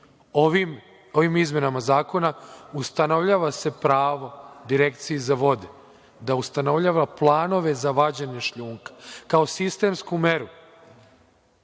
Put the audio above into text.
Ovim izmenama Zakona ustanovljava se pravo Direkciji za vode, da ustanovljava planove za vađenje šljunka, kao sistemsku meru,